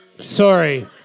Sorry